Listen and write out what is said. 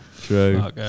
true